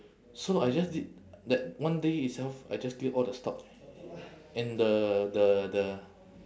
so I just did that one day itself I just clear all the stock and the the the